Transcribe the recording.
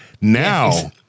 Now